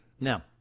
now